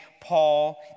Paul